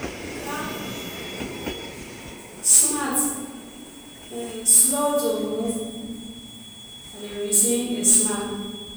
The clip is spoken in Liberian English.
Cat, smart and aay slow to move, dah ley reason aay smart.